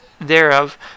thereof